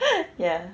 ya